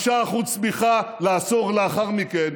5% צמיחה לעשור לאחר מכן,